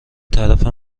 طرف